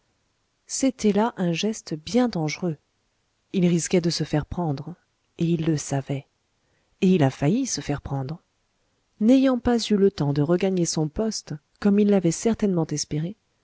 c'était là un geste bien dangereux il risquait de se faire prendre et il le savait et il a failli se faire prendre n'ayant pas eu le temps de regagner son poste comme il l'avait certainement espéré